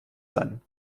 sein